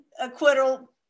acquittal